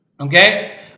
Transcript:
Okay